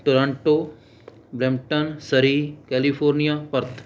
Toronto Brampton Surrey California Perth